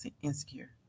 insecure